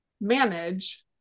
manage